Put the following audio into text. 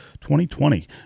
2020